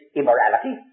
immorality